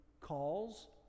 calls